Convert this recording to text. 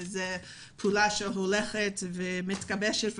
וזו פעולה שמתגבשת וממשיכה.